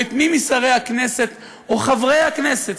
או את מי משרי הכנסת או חברי הכנסת,